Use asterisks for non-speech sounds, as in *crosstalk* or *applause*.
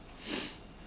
*noise*